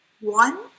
one